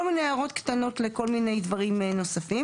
כל מיני הערות קטנות לכל מיני דברים נוספים,